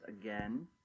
again